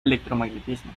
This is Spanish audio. electromagnetismo